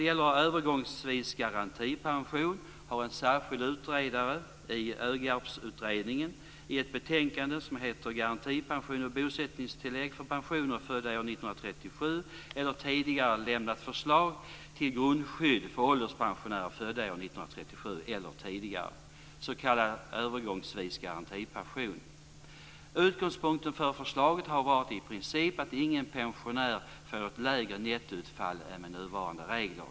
Utgångspunkten för förslaget har varit att i princip ingen pensionär får ett lägre nettoutfall än med nuvarande regler.